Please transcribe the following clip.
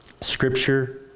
scripture